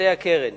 מנכסי הקרן